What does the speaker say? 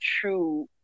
true